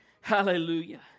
hallelujah